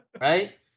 Right